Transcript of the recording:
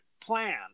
plan